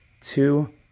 two